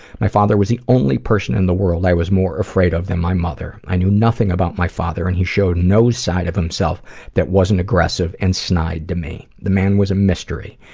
my father was the only person in the world i was more afraid of than my mother. i knew nothing about my father and he showed no side of himself that wasn't aggressive and snide to me. the man was a mystery.